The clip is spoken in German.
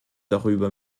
darüber